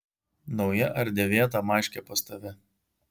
nauja ar dėvėta maškė pas tave